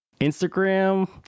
Instagram